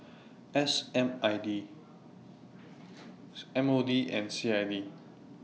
S M R T M O D and C I D